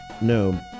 no